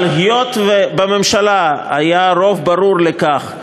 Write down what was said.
אבל היות שבממשלה היה רוב ברור לכך,